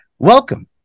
welcome